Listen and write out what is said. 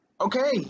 Okay